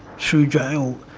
through jail,